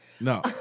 No